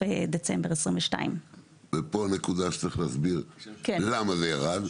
דצמבר 2022. ופה הנקודה שצריך להסביר למה זה ירד.